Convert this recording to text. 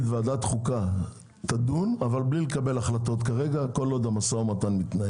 ועדת החוקה תדון אבל בלי לקבל החלטות כרגע כל עוד מתנהל המשא מתן?